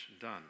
Done